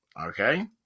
okay